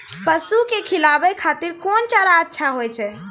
पसु के खिलाबै खातिर कोन चारा अच्छा होय छै?